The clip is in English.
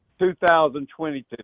2022